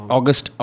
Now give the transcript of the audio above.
August